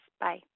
Bye